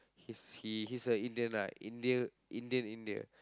he's he he's a Indian ah Indian India